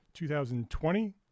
2020